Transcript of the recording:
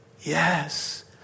Yes